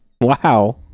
Wow